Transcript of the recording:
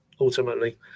ultimately